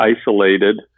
isolated